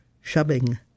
shoving